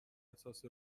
اساس